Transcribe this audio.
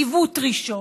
עיוות ראשון,